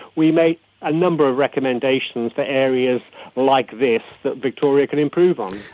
we made a number of recommendations for areas like this that victoria can improve on.